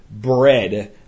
BREAD